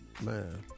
Man